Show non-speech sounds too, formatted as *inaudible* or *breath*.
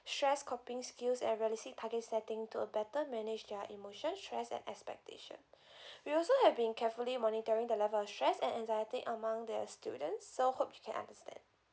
stress coping skills and realistic target setting to a better manage their emotion stress and expectation *breath* we also have been carefully monitoring the level of stress and anxiety among their students so hope you can understand